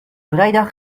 vrijdag